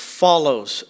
follows